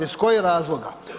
Iz kojih razloga?